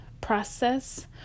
process